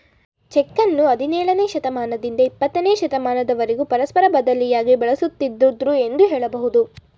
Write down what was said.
ಚೆಕ್ಕನ್ನು ಹದಿನೇಳನೇ ಶತಮಾನದಿಂದ ಇಪ್ಪತ್ತನೇ ಶತಮಾನದವರೆಗೂ ಪರಸ್ಪರ ಬದಲಿಯಾಗಿ ಬಳಸುತ್ತಿದ್ದುದೃ ಎಂದು ಹೇಳಬಹುದು